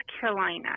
Carolina